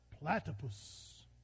platypus